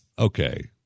Okay